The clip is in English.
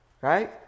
right